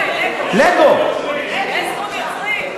אין זכות יוצרים?